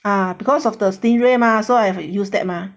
ah because of the stingray mah so I have to use that mah